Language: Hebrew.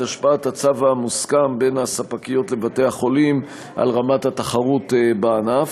את השפעת הצו המוסכם בין הספקיות לבתי-החולים על רמת התחרות בענף.